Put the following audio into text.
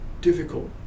difficult